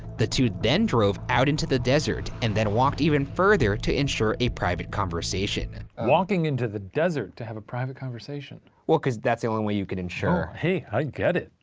the two then drove out into the desert and then walked even further to ensure a private conversation. walking into the desert to have a private conversation. well, because that's the only way you can ensure. oh hey, i get it.